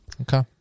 Okay